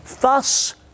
thus